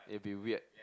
it'll be weird